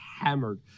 hammered